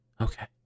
Okay